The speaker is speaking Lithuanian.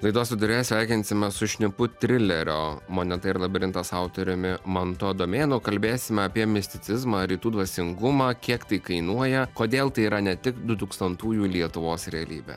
laidos viduryje sveikinsimės su šnipu trilerio moneta ir labirintas autoriumi mantu adomėnu kalbėsime apie misticizmą rytų dvasingumą kiek tai kainuoja kodėl tai yra ne tik du tūkstantųjų lietuvos realybė